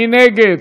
מי נגד?